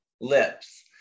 lips